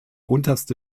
unterste